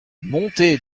montée